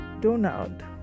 Donald